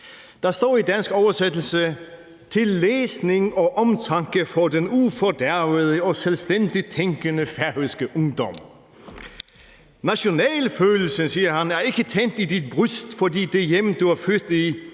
Der står i den danske oversættelse: Til læsning og omtanke for den ufordærvede og selvstændigt tænkende færøske ungdom. Nationalfølelsen er ikke tændt i dit bryst, fordi det hjem, du er født i,